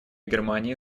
германии